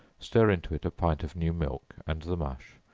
stir into it a pint of new milk, and the mush,